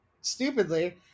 stupidly